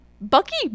Bucky